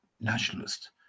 nationalist